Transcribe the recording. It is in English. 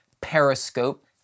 Periscope